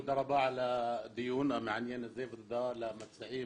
תודה רבה על הדיון המעניין הזה ותודה למציעים,